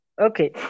Okay